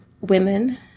women